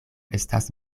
estas